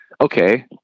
okay